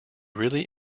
really